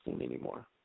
anymore